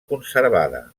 conservada